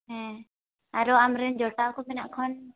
ᱦᱮᱸ ᱟᱨᱚ ᱟᱢᱨᱮᱱ ᱡᱚᱴᱟᱣ ᱠᱚ ᱢᱮᱱᱟᱜ ᱠᱚ ᱠᱷᱟᱱ